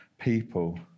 people